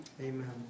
amen